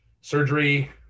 surgery